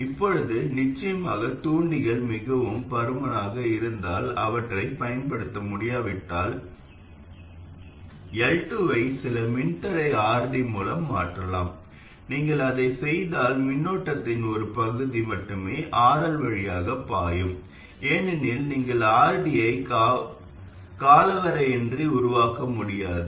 இப்போது நிச்சயமாக தூண்டிகள் மிகவும் பருமனாக இருந்தால் அவற்றைப் பயன்படுத்த முடியாவிட்டால் L2 ஐ சில மின்தடை RD மூலம் மாற்றலாம் நீங்கள் அதைச் செய்தால் மின்னோட்டத்தின் ஒரு பகுதி மட்டுமே RL வழியாக பாயும் ஏனெனில் நீங்கள் RD ஐ காலவரையின்றி உருவாக்க முடியாது